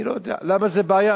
אני לא יודע למה זו בעיה,